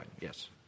yes